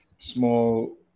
small